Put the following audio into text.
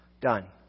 Done